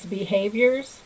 behaviors